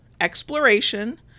exploration